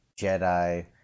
Jedi